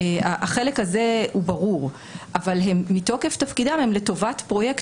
החלק הזה הוא ברור אבל מתוקף תפקידם הם לטובת פרויקט